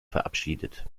verabschiedet